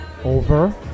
Over